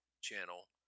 channel